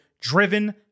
driven